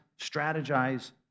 strategize